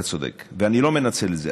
אתה צודק, ואני לא מנצל את זה.